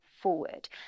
forward